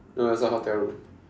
no it was a hotel room